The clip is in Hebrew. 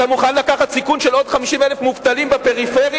אתה מוכן לקחת סיכון של עוד 50,000 מובטלים בפריפריה?